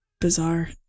bizarre